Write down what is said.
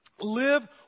live